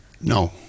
No